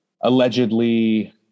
allegedly